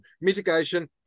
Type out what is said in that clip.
Mitigation